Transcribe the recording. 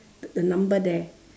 the number there